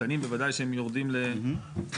משפטנים בוודאי שהם יורדים לנושאים,